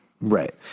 Right